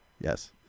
yes